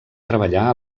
treballà